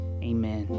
Amen